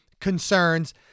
concerns